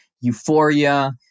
euphoria